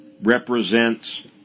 represents